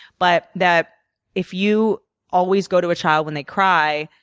but that if you always go to a child when they cry,